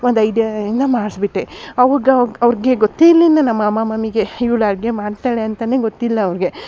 ಒಂದು ಐಡ್ಯಾಯಿಂದ ಮಾಡ್ಸ್ಬಿಟ್ಟೆ ಅವ್ಗ್ ಅವ್ಗ್ ಅವ್ರಿಗೆ ಗೊತ್ತೇ ಇರಲಿಲ್ಲ ನಮ್ಮ ಮಾಮ ಮಾಮಿಗೆ ಇವ್ಳು ಅಡಿಗೆ ಮಾಡ್ತಾಳೆ ಅಂತನೆ ಗೊತ್ತಿಲ್ಲ ಅವ್ರಿಗೆ